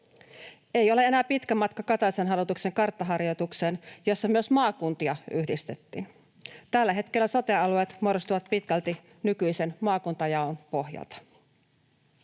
Ei ole enää pitkä matka Kataisen hallituksen karttaharjoitukseen, jossa myös maakuntia yhdistettiin. Tällä hetkellä sote-alueet muodostuvat pitkälti nykyisen maakuntajaon pohjalta.